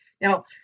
Now